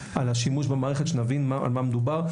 השימוש במערכת כדי שנבין על מה מדובר.